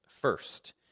first